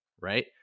Right